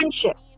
Friendship